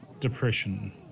Depression